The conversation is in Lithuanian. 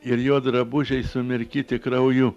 ir jo drabužiai sumirkyti krauju